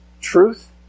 Truth